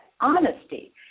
honesty